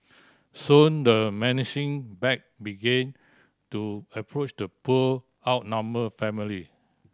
soon the menacing pack began to approach the poor outnumber family